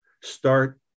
start